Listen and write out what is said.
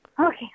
Okay